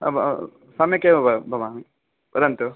सम्यक् एव भवान् वदन्तु